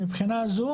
מבחינה זו